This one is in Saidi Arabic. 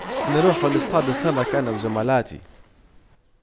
نروح نصطادوا سمك انا وزملاتي